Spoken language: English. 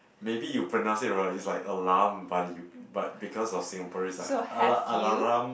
maybe you pronounce it wrong it's like alarm but you but because of Singaporeans like alarum